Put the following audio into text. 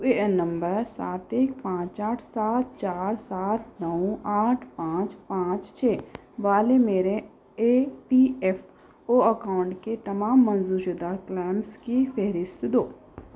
you A N نمبر سات ایک پانچ آٹھ سات چار سات نو آٹھ پانچ پانچ چھ والے میرے E P F O account کے تمام منظور شدہ کلیمز کی فہرست دو